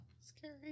Scary